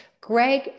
Greg